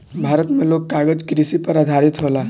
भारत मे लोग कागज कृषि पर आधारित होला